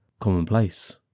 Commonplace